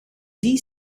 die